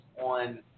on